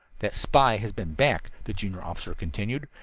that spy has been back, the junior officer continued.